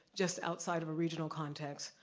just outside of a regional context.